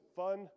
fun